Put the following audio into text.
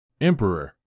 Emperor